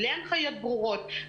בלי הנחיות ברורות,